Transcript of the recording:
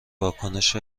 واکنش